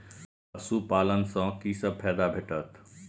पशु पालन सँ कि सब फायदा भेटत?